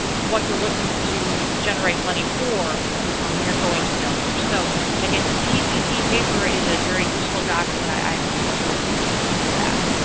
what you're looking to generate money for when you're going to donors. so again, this pcc paper is a very useful document. i would encourage you to google that.